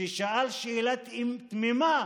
ששאל שאלה תמימה: